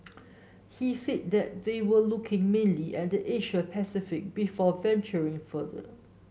he said that they were looking mainly at the Asia Pacific before venturing further